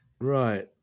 right